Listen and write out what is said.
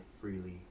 freely